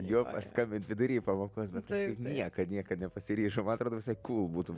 juo paskambint vidury pamokos bet tai nieka niekad nepasiryžau man atrodo visai kūl būtų